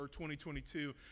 2022